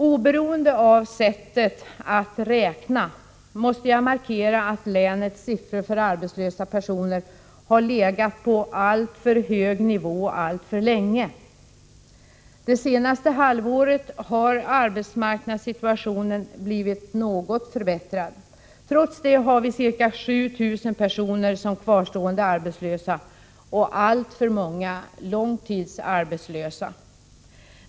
Oberoende av sättet att räkna måste jag markera att länets siffror för arbetslösa personer har legat på alltför hög nivå alltför länge. Det senaste halvåret har arbetsmarknadssituationen blivit något förbättrad. Trots det har vi ca 7 000 personer som kvarstående arbetslösa, och alltför många långtidsarbetslösa.